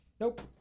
Nope